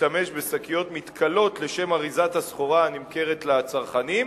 להשתמש בשקיות מתכלות לשם אריזת הסחורה הנמכרת לצרכנים,